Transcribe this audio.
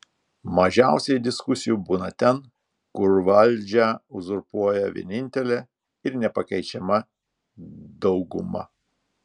mažiausiai diskusijų būna ten kur valdžią uzurpuoja vienintelė ir nepakeičiama dauguma